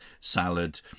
salad